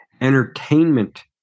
entertainment